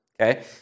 Okay